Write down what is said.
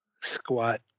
squat